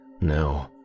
No